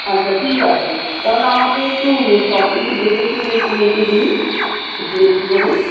আচ্ছা ঠিক আছে তাহলে আমাকে একটু সবকিছু দেখেশুনে একটু মেপে দিন একটু বেশি করে